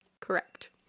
Correct